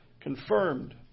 confirmed